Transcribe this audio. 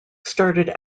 started